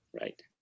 right